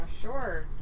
sure